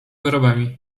wyrobami